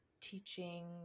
teaching